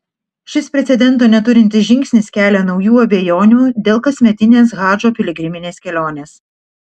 šis precedento neturintis žingsnis kelia naujų abejonių dėl kasmetinės hadžo piligriminės kelionės